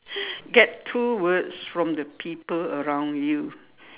get two words from the people around you